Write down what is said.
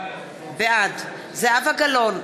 בעד זהבה גלאון,